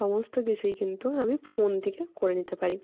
সমস্ত কিছুই কিন্তু আমি ফোন থেকে করে নিতে পারি